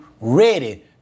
ready